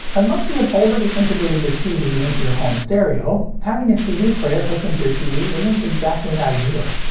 unless you had already integrated your tv into your home stereo, having a cd player hooked into your tv isn't exactly ideal.